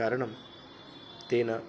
कारणं तेन